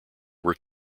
were